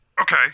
Okay